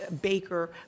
Baker